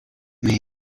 mais